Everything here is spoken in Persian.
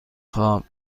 خواب